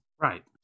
Right